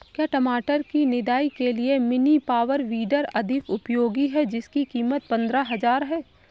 क्या टमाटर की निदाई के लिए मिनी पावर वीडर अधिक उपयोगी है जिसकी कीमत पंद्रह हजार है?